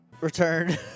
Return